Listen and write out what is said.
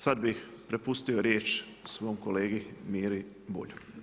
Sad bi prepustio riječ svom kolegi Miri Bulju.